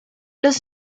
los